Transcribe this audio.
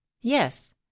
Yes